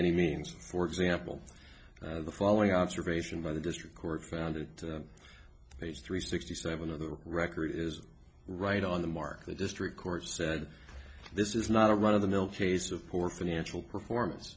any means for example the following observation by the district court found it to page three sixty seven of the record is right on the market district court said this is not a run of the mill case of poor financial performance